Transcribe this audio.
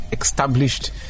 established